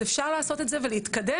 אז אפשר לעשות את זה ולהתקדם.